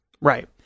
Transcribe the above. Right